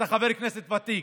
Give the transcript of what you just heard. אתה חבר כנסת ותיק.